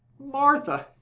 martha!